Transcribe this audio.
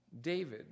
David